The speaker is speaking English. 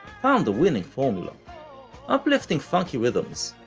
found a winning formula uplifting funky rhythms,